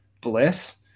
bliss